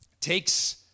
takes